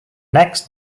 next